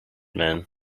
men